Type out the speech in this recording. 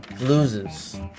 loses